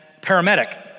paramedic